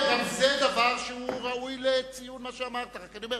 זה דבר ראוי לציון, מה שאמרת, אלא שאני אומר